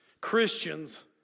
Christians